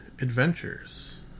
adventures